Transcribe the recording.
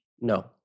No